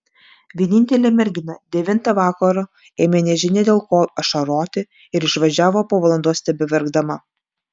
vienintelė mergina devintą vakaro ėmė nežinia dėl ko ašaroti ir išvažiavo po valandos tebeverkdama